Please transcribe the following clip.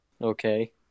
Okay